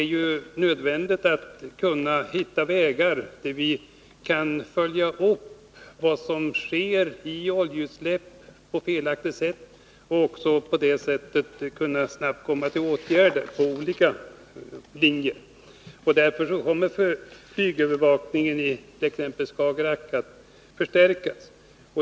Det är nödvändigt att vi hittar vägar som gör att vi kan följa upp vad som sker i fråga om felaktiga oljeutsläpp och på det sättet snabbt kunna komma till åtgärder. Därför kommer flygövervakningen exempelvis i Skagerack att förstärkas.